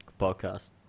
podcast